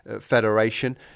Federation